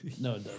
No